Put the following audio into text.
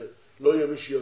שלא יהיה מי שיגור,